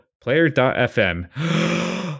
Player.fm